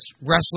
wrestling